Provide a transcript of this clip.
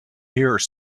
here